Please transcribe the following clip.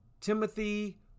Timothy